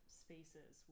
spaces